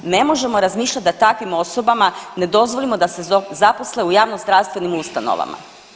Ne možemo razmišljati da takvim osobama ne dozvolimo da se zaposle u javnozdravstvenim ustanovama.